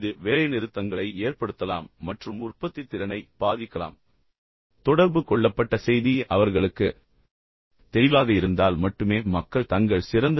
இது வேலைநிறுத்தங்களை ஏற்படுத்தலாம் மற்றும் உற்பத்தித்திறனை பாதிக்கலாம் தொடர்பு கொள்ளப்பட்ட செய்தி அவர்களுக்கு தெளிவாக இருந்தால் மட்டுமே மக்கள் தங்கள் சிறந்ததை வழங்குவார்கள்